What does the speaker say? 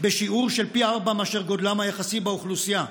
בשיעור של פי ארבעה מאשר גודלם היחסי באוכלוסייה.